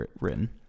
written